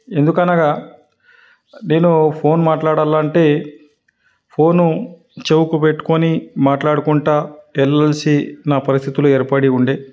ఎందుకనగా నేను ఫోన్ మాట్లాడాలి అంటే ఫోను చెవికి పెట్టుకొని మాట్లాడుకుంటు వెళ్ళాల్సి న పరిస్థితులు ఏర్పడి ఉండే